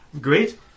Great